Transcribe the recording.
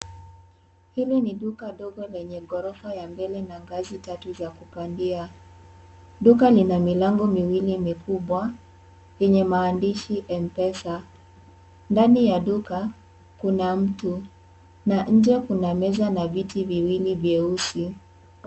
Hili ni duka ndogo lenye gorofa ya mbele na ngazi tatu za kupandia. Duka lina milango miwili mikubwa yenye maandishi M-pesa. Ndani ya duka kuna mtu na nje kuna meza na viti viwili vyeusi.